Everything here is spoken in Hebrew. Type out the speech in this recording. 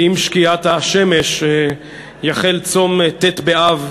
עם שקיעת השמש, יחל צום ט' באב,